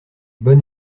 bonnes